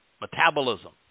metabolism